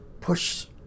push